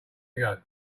ago